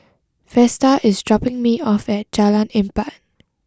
Vesta is dropping me off at Jalan Empat